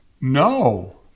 No